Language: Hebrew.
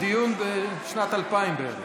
היה דיון בשנת 2000 בערך.